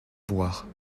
boire